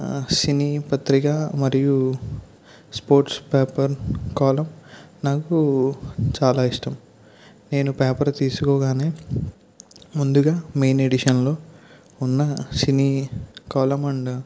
సినీ పత్రికా మరియూ sports paper column నాకు చాలా ఇష్టం నేను పేపర్ తీసుకోగానే ముందుగా మెయిన్ ఎడిషన్లో ఉన్న సినీ కాలమ్ అండ్